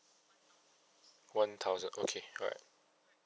one thousand okay alright